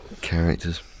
Characters